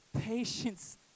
patience